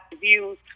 views